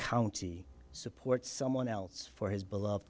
county support someone else for his belo